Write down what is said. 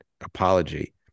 apology